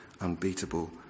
unbeatable